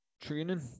training